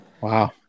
Wow